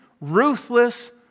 ruthless